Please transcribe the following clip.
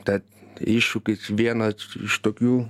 tad iššūkis vienas iš tokių